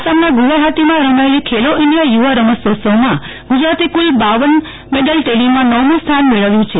આસામના ગુવાહાટીમાં રમાયેલી ખેલો ઇન્જિયા યુવા રમતોત્સવમાં ગુજરાતે કુલ બાવન મેડલ ટેલિમાં નવમું સ્થાન મેળવ્યું છે